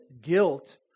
guilt